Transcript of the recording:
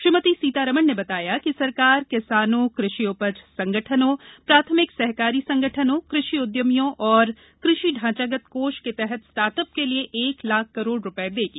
श्रीमती सीतारामन ने बताया कि सरकार किसानों कृषि उपज संगठनों प्राथमिक सहकारी संगठनों कृषि उद्यमियों और कृषि ढांचागत कोष के तहत स्टार्टअप के लिए एक लाख करोड रूपये देगी